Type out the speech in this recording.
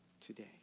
today